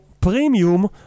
premium